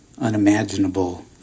unimaginable